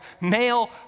male